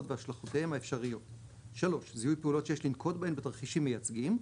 והשלכותיהם האפשריות; זיהוי פעולות שיש לנקוט בהן בתרחישים מייצגים,